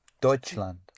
Deutschland